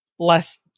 less